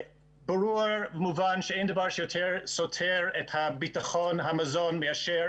ברור ומובן שאין דבר שיותר סותר את ביטחון המזון מאשר